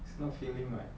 it's not filling [what]